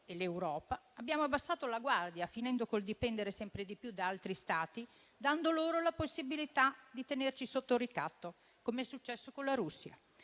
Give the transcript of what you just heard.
e l'Europa abbiamo abbassato la guardia, finendo con il dipendere sempre di più da altri Stati e dando loro la possibilità di tenerci sotto ricatto, com'è successo con la Russia.